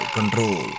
Control